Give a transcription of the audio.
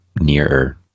nearer